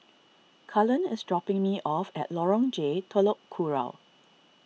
Cullen is dropping me off at Lorong J Telok Kurau